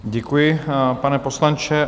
Děkuji, pane poslanče.